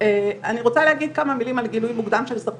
אז אנחנו מודים לך